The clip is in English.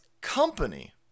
company